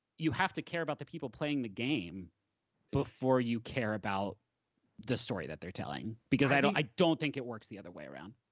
you have to care about the people playing the game before you care about the story that they're telling because i don't i don't think it works the other way around.